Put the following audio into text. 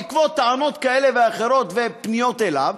בעקבות טענות כאלה ואחרות ופניות אליו,